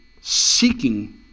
seeking